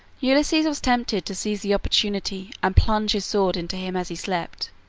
ulysses was tempted to seize the opportunity and plunge his sword into him as he slept,